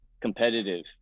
competitive